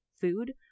food